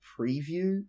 preview